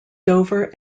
dover